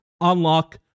unlock